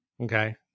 okay